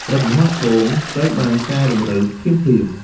រាល់កំហុសឆ្គងត្រូវបានកែតម្រូវភ្លាមៗ។